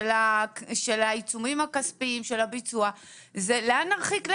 כבר היינו בנקודה הזאת ודיברנו עליה מספיק.